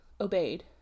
obeyed